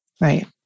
Right